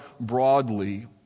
broadly